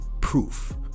proof